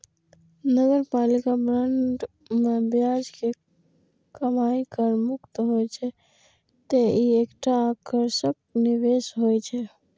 नगरपालिका बांड मे ब्याज के कमाइ कर मुक्त होइ छै, तें ई एकटा आकर्षक निवेश होइ छै